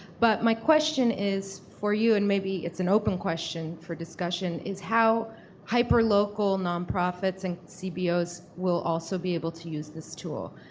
but my question is for you, and maybe it's an open question for discussion, is how hyper local, nonprofits and cbo's will also be able to use this tool?